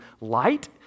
light